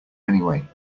anyway